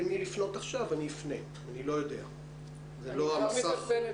נפנה עכשיו לדליה